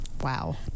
wow